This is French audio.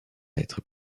être